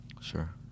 Sure